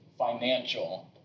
financial